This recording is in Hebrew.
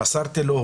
מסרתי לו,